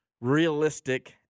realistic